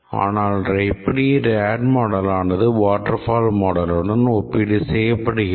ஆனால் எப்படி ரேடு மாடலானது வாட்டர்ஃபால் மாடலுடன் ஓப்பீடு செய்யப்படுகிறது